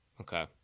Okay